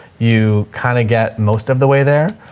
you kind of get most of the way there.